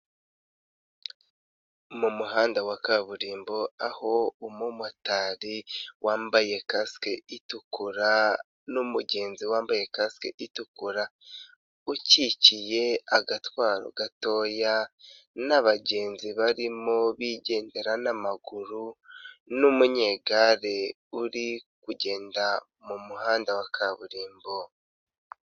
Mu muhanda wa kaburimbo aho umumotari wambaye kasike itukura n'umugenzi wambaye kasike itukura ukikiye agatwaro gatoya n'abagenzi barimo bigendera n'amaguru n'umunyegare uri kugenda mu muhanda wa kaburimbo.